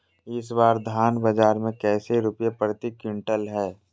इस बार धान बाजार मे कैसे रुपए प्रति क्विंटल है?